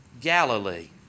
Galilee